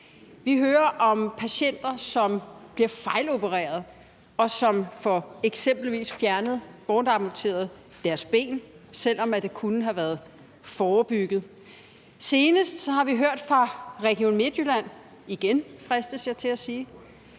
Vi hører om patienter, som bliver fejlopereret, og som eksempelvis får fjernet, bortamputeret, deres ben, selv om det kunne have været forebygget. Senest har vi hørt fra Region Midtjylland – igen, fristes jeg til at sige